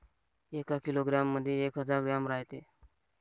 एका किलोग्रॅम मंधी एक हजार ग्रॅम रायते